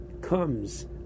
comes